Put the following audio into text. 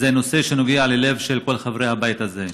זה נושא שנוגע ללב של כל חברי הבית הזה,